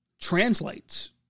translates